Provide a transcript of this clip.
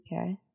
Okay